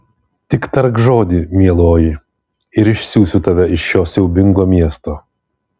tik tark žodį mieloji ir išsiųsiu tave iš šio siaubingo miesto